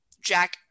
Jack